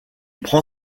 prend